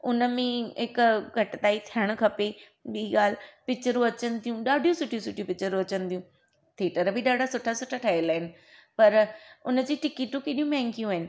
उनमें हिकु घटिताई थियणु खपे ॿी ॻाल्हि पिकिचरूं अचनि थियूं ॾाढियूं सुठियूं सुठियूं पिकिचरूं अचनि थियूं थिएटर बि ॾाढा सुठा सुठा ठहियल आहिनि पर उनजी टिकटूं बि केॾियूं महांगियूं आहिनि